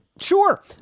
Sure